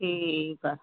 ਠੀਕ ਆ